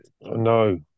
No